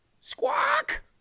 Squawk